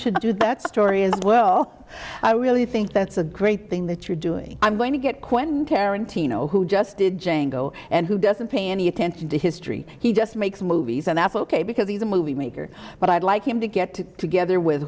should do that story as well i really think that's a great thing that you're doing i'm going to get quentin tarantino who just did jane go and who doesn't pay any attention to history he just makes movies and that's ok because he's a movie maker but i'd like him to get to together with